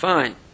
Fine